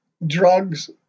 Drugs